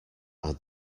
are